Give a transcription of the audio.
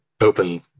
open